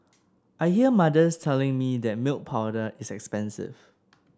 I hear mothers telling me that milk powder is expensive